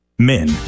Men